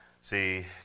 See